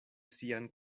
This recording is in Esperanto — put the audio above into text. sian